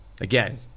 Again